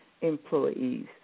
employees